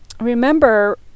remember